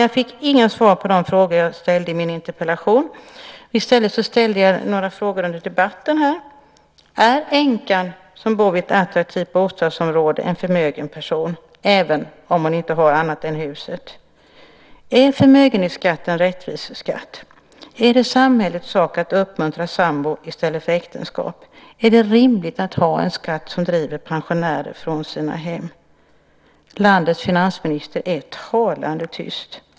Jag fick inga svar på de frågor som jag ställde i min interpellation. I stället ställde jag några frågor i debatten: Är änkan som bor i ett attraktivt bostadsområde en förmögen person, även om hon inte har annat än huset? Är förmögenhetsskatten en rättvis skatt? Är det samhällets sak att uppmuntra samboförhållanden i stället för äktenskap? Är det rimligt att ha en skatt som driver pensionärer från deras hem? Landets finansminister är talande tyst.